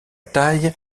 taille